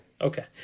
Okay